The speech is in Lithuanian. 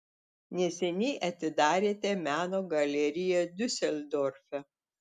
neseniai atidarėte meno galeriją diuseldorfe